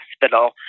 hospital